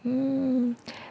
um